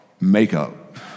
makeup